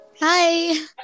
Hi